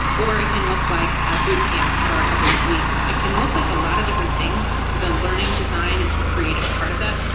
or it can look like a boot camp for a couple of weeks. it can look like a lot of different things. the learning design is the creative part of that.